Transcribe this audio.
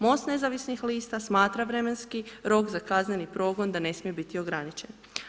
MOST nezavisnih lista smatra vremenski rok za kazneni progon da ne smije biti ograničen.